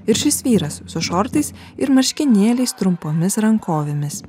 ir šis vyras su šortais ir marškinėliais trumpomis rankovėmis